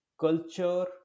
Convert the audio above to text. culture